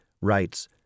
writes